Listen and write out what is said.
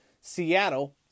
Seattle